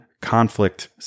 conflict